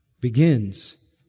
begins